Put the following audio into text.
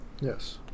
yes